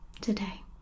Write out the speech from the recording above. today